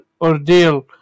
ordeal